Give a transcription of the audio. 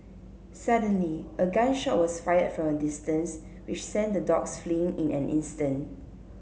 suddenly a gun shot was fired from a distance which sent the dogs fleeing in an instant